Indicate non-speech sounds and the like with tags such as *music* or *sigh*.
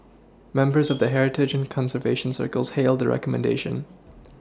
members of the heritage and conservation circles hailed the recommendation *noise*